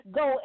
go